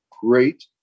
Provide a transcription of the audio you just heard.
great